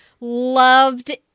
loved